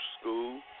school